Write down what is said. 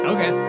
Okay